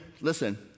Listen